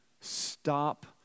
Stop